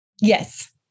Yes